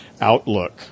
outlook